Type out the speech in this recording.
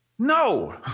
No